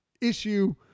issue